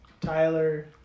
Tyler